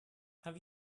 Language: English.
have